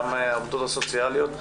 גם העובדות הסוציאליות,